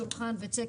שולחן וצא,